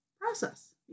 process